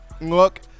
look